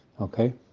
okay